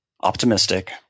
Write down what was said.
optimistic